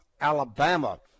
Alabama